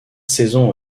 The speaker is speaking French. saisons